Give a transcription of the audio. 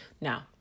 Now